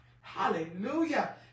Hallelujah